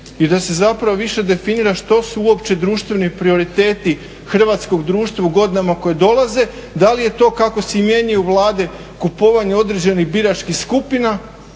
i da se zapravo više definira što su uopće društveni prioriteti hrvatskog društva u godinama koje dolaze. Da li je to kako se mijenjaju Vlade, kupovanje određenih biračkih skupina